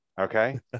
okay